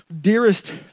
dearest